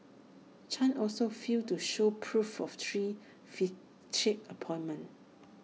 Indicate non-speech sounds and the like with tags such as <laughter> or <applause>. chan also failed to show proof of three <unintelligible> appointments